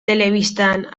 telebistan